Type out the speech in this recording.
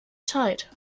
zeit